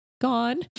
gone